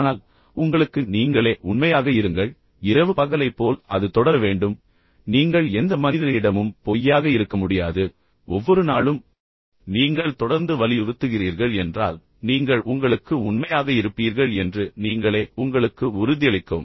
ஆனால் உங்களுக்கு நீங்களே உண்மையாக இருங்கள் இரவு பகலைப் போல் அது தொடர வேண்டும் நீங்கள் எந்த மனிதனிடமும் பொய்யாக இருக்க முடியாது ஒவ்வொரு நாளும் ஒவ்வொரு நாளும் நீங்கள் தொடர்ந்து வலியுறுத்துகிறீர்கள் என்றால் நீங்கள் உங்களுக்கு உண்மையாக இருப்பீர்கள் என்று நீங்களே உங்களுக்கு உறுதியளிக்கவும்